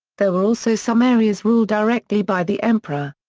there were also some areas ruled directly by the emperor.